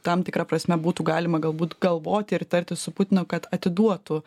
tam tikra prasme būtų galima galbūt galvoti ir tartis su putinu kad atiduotų